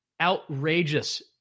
outrageous